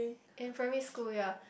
in primary school yea